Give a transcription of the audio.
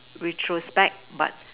retrospect but